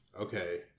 okay